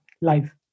life